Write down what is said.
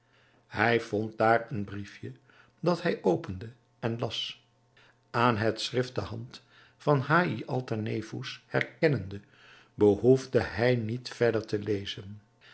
hij vond daarin een briefje dat hij opende en las aan het schrift de hand van haïatalnefous herkennende behoefde hij niet verder te lezen